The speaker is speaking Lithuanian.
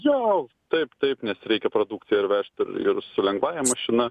jo taip taip nes reikia produkciją ir vežti ir ir su lengvąja mašina